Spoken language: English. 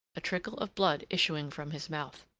a trickle of blood issuing from his mouth.